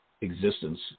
existence